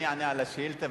אני אענה על השאילתא,